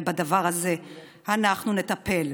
בדבר הזה אנחנו נטפל.